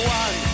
one